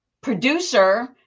producer